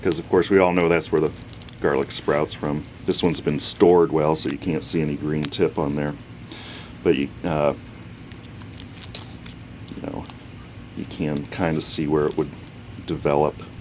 because of course we all know that's where the girl explodes from this one's been stored well so you can't see any green tip on there but you know you can kind of see where it would develop